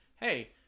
hey